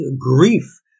grief